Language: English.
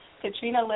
Katrina